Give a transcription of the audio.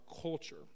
culture